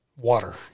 water